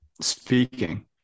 speaking